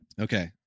Okay